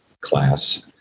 class